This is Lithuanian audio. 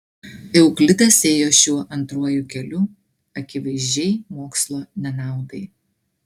euklidas ėjo šiuo antruoju keliu akivaizdžiai mokslo nenaudai